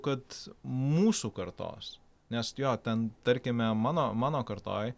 kad mūsų kartos nes jo ten tarkime mano mano kartoj